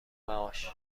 معاش